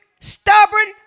stubborn